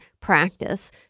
practice